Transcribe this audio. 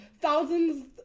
thousands